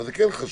אבל זה כן חשוב.